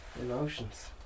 Emotions